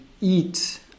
eat